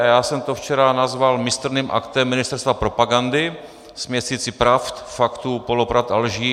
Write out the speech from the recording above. Já jsem to včera nazval mistrným aktem ministerstva propagandy, směsicí pravd, faktů, polopravd a lží.